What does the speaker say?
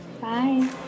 Bye